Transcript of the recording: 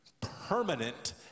permanent